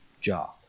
job